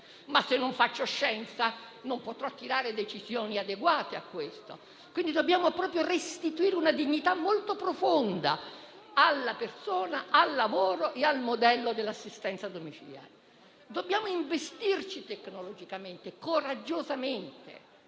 ma se non faccio senza non potrò prendere decisioni adeguate. Quindi, dobbiamo restituire una dignità molto profonda alla persona, al lavoro e al modello dell'assistenza domiciliare. Dobbiamo investire tecnologicamente e coraggiosamente.